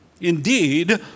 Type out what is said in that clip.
Indeed